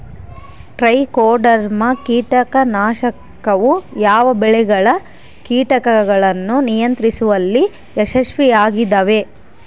Trichoderma ಕೇಟನಾಶಕವು ಯಾವ ಬೆಳೆಗಳ ಕೇಟಗಳನ್ನು ನಿಯಂತ್ರಿಸುವಲ್ಲಿ ಯಶಸ್ವಿಯಾಗಿದೆ?